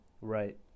Right